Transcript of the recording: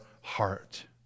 heart